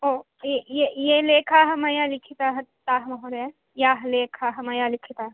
ओ ये ये लेखाः मया लिखिताः ताः वा महोदय याः लेखाः मया लिखिताः